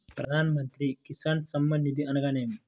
ప్రధాన మంత్రి కిసాన్ సన్మాన్ నిధి అనగా ఏమి?